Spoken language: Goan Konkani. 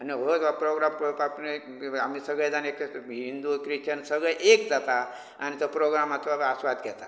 आनी व्हो गो प्रोग्राम पोवपाक म्हुणू एक आमी सगळे जाण एक एक हिंदू क्रिश्चन सगळे एक जाता आनी तो प्रोग्रामाचो आमी आस्वाद घेता